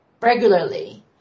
regularly